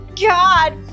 God